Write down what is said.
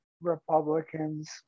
republicans